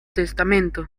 testamento